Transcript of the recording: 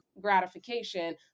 gratification